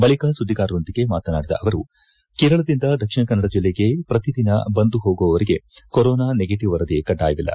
ಬಳಕ ಸುದ್ದಿಗಾರರೊಂದಿಗೆ ಮಾತನಾಡಿದ ಅವರು ಕೇರಳದಿಂದ ದಕ್ಷಿಣ ಕನ್ನಡ ಜಿಲ್ಲೆಗೆ ಪ್ರತಿದಿನ ಬಂದು ಹೋಗುವವರಿಗೆ ಕೊರೋನಾ ನೆಗೆಟವ್ ವರದಿ ಕಡ್ಡಾಯವಿಲ್ಲ